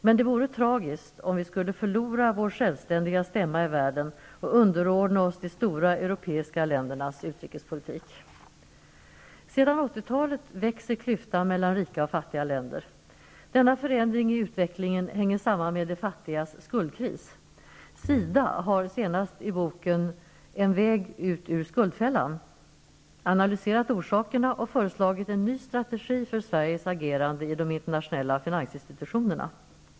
Men det vore tragiskt om vi skulle förlora vår självständiga stämma i världen och underordna oss de stora europeiska ländernas utrikespolitik. Sedan 80-talet växer klyftan mellan rika och fattiga länder. Denna förändring i utvecklingen hänger samman med de fattigas skuldkris. SIDA har senast i boken ''En väg ut ur skuldfällan'' analyserat orsakerna och föreslagit en ny strategi för Sveriges agerande i de internationella finansinstitutionerna.